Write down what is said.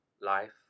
life